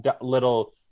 little